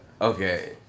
Okay